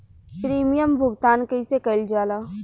Premium भुगतान कइसे कइल जाला?